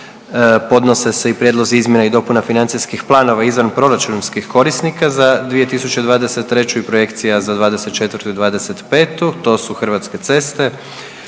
podnose se i: Prijedlozi izmjena i dopuna financijskih planova izvanproračunskih korisnika za 2023. godinu i projekcija planova za 2024. i 2025. godinu, za: - Hrvatske vode